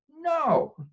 No